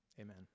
Amen